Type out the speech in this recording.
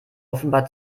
offenbar